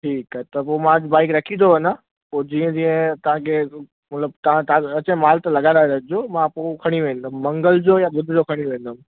ठीकु आहे त पोइ मां अॼु बाईक रखी थो वञां पोइ जीअं तव्हांखे की मतिलबु तव्हां वटि अचे मालु त लॻाराए छॾिजो मां पोइ खणी वेंदुमि मंगल जो या ॿुधर जो खणी वेंदुमि